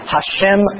Hashem